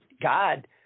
God